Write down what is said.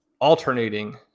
alternating